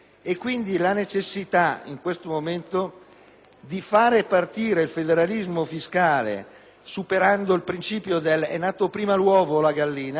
di far partire il federalismo fiscale superando il principio del «è nato prima l'uovo o la gallina», cercando di farli partorire insieme,